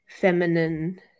feminine